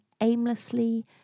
aimlessly